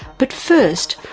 but first,